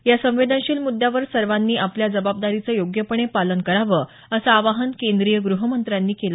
या संवेदनशील मुद्यावर सर्वांनी आपल्या जबाबदारीचं योग्यपणे पालन करावं असं आवाहन केंद्रीय ग्रहमंत्र्यांनी केलं